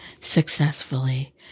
successfully